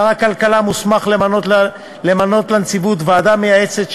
שר הכלכלה מוסמך למנות לנציבות ועדה מייעצת,